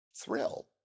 Thrill